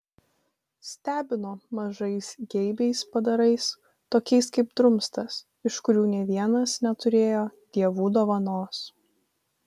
stebino mažais geibiais padarais tokiais kaip drumstas iš kurių nė vienas neturėjo dievų dovanos